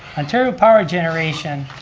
ontario power generation